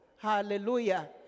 Hallelujah